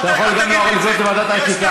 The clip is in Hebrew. אתה יכול לפנות גם לוועדת האתיקה.